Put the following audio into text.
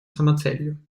самоцелью